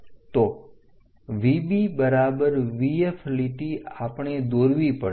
તો VB બરાબર VF લીટી આપણે દોરવી પડશે